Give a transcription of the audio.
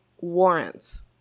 warrants